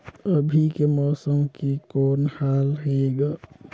अभी के मौसम के कौन हाल हे ग?